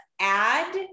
add